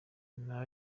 nyuma